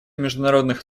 международных